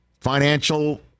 financial